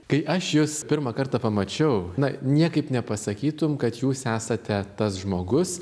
kai aš jus pirmą kartą pamačiau na niekaip nepasakytum kad jūs esate tas žmogus